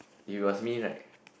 if it was me right